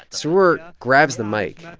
sroor grabs the mic.